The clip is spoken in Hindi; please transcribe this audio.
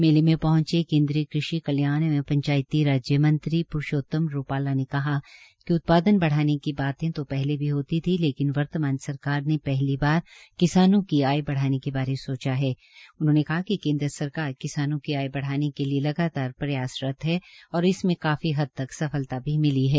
मेले में पहंचे केन्द्रीय कृषि कल्याण एव पंचायती राज्य मंत्री प्रूषोंतम रूपाला ने कहा कि उत्पादन बढ़ाने की बाते तो पहले भी होती थी लेकिन वर्तमान सरकार ने पहली बार किसानों की आय बढ़ाने के बारे सोचा है उन्होंने कहा कि केन्द्र सरकार किसानों की आय बढ़ाने के लिए लगातार प्रयासरत है और इसमें काफी हद तक सफलता भी मिली है